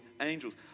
angels